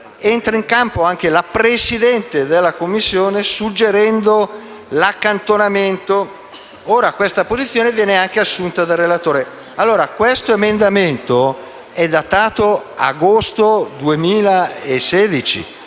entrata in campo anche la Presidente della Commissione suggerendo l'accantonamento. Ora questa posizione viene anche assunta dal relatore. Questo emendamento è datato agosto 2016: